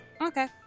Okay